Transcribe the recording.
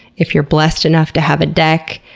if you're blessed enough to have a deck,